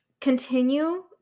continue